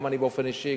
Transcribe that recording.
גם אני באופן אישי,